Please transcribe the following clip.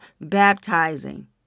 baptizing